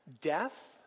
death